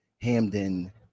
Hamden